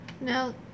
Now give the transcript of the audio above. Now